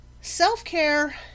Self-care